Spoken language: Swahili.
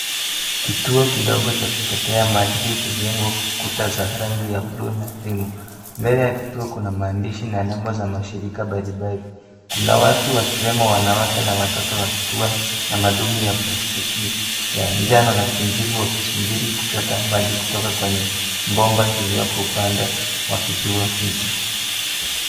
Kituo kidogo cha kuchotea mati kilichojengwa kwa kuta za rangi ya bluu na krimu mbele ya kituo kuna maandishi na nembo za mashirika mbalimbali , kuna watu wakiwemo wanawake na watoto wakiwa na madumu ya plastiki ya njano na kijivuwakisubiri kuchota maji kutoka kwenye bomba lililo kwa upande wa kituo hicho.